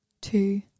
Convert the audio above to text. two